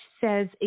says